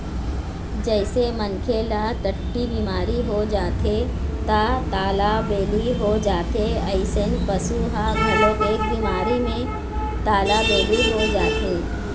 जइसे मनखे ल टट्टी बिमारी हो जाथे त तालाबेली हो जाथे अइसने पशु ह घलोक ए बिमारी म तालाबेली हो जाथे